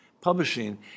publishing